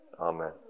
amen